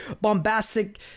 bombastic